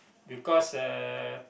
because uh